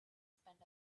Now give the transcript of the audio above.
spend